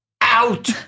Out